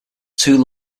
two